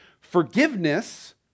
forgiveness